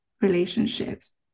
relationships